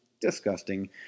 disgusting